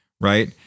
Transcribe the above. right